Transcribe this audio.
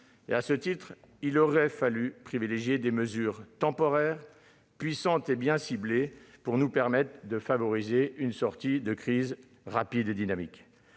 À ce titre, il aurait fallu privilégier des mesures temporaires, puissantes et bien ciblées, pour favoriser une sortie de crise rapide et dynamique.